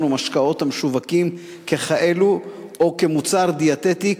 ומשקאות המשווקים ככאלה או כמוצר דיאטטי,